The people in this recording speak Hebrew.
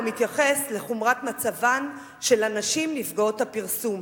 מתייחס לחומרת מצבן של הנשים נפגעות הפרסום,